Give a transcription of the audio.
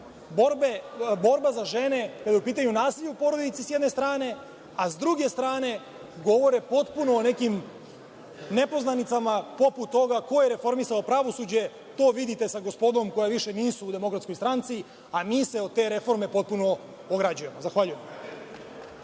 borba za žene, kada je u pitanju nasilje u porodici s jedne strane, a s druge strane, govore potpuno o nekim nepoznanicama poput toga ko je reformisao pravosuđe. To vidite sa gospodom koja više nisu u DS, a mi se od te reforme potpuno ograđujemo. Zahvaljujem.